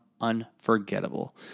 unforgettable